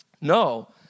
no